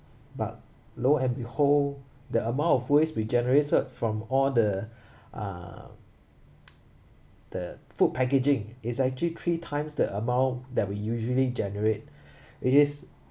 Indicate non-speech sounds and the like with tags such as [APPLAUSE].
but low and behold the amount of waste we generated from all the [BREATH] uh [NOISE] the food packaging is actually three times the amount that we usually generate [BREATH] it is